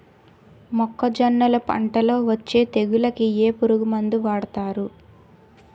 మొక్కజొన్నలు పంట లొ వచ్చే తెగులకి ఏ పురుగు మందు వాడతారు?